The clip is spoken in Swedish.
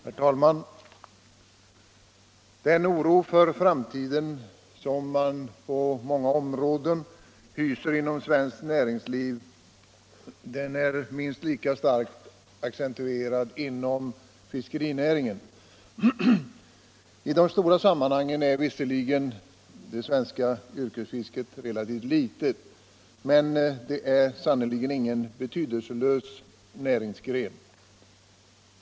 Herr talman! Den oro för framtiden som många hyser inom svenskt näringsliv är minst lika starkt accentuerad inom fiskerinäringen som på andra håll. I de stora sammanhangen är visserligen det svenska yrkesfisket relativt litet, men det är sannerligen ingen betydelselös näringsgren.